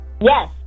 Yes